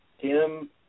Tim